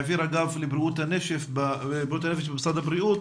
העביר האגף לבריאות הנפש במשרד הבריאות